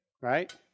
right